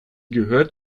gehört